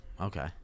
okay